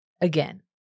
again